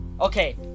Okay